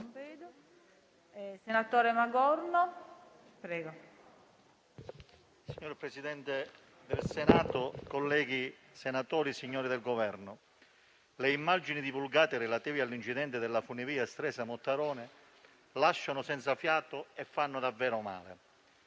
Signor Presidente, colleghi senatori, signori del Governo, le immagini divulgate relative all'incidente della funivia Stresa-Mottarone lasciano senza fiato e fanno davvero male,